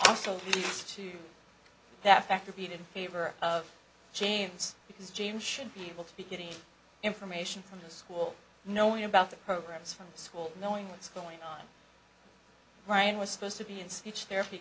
also to that fact of being in favor of james because james should be able to be getting information from the school knowing about the programs from school knowing what's going on ryan was supposed to be in speech therapy